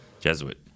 Jesuit